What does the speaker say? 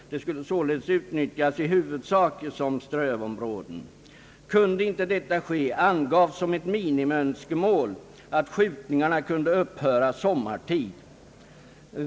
Fältet skulle sålunda utnyttjas i huvudsak som strövområde. Kunde detta inte ske, angavs som ett minimiönskemål att skjutningarna upphörde sommartid.